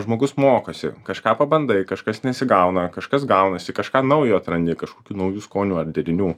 žmogus mokosi kažką pabandai kažkas nesigauna kažkas gaunasi kažką naujo atrandi kažkokių naujų skonių ar derinių